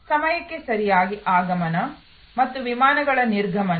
ಸಮಯಕ್ಕೆ ಸರಿಯಾಗಿ ಆಗಮನ ಮತ್ತು ವಿಮಾನಗಳ ನಿರ್ಗಮನ